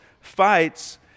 fights